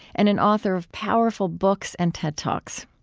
and an author of powerful books and ted talks.